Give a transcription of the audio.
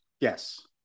Yes